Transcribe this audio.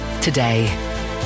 today